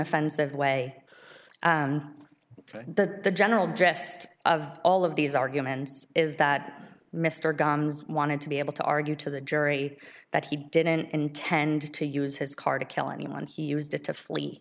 offensive way to the general dressed of all of these arguments is that mr gumbs wanted to be able to argue to the jury that he didn't intend to use his car to kill anyone he used it to flee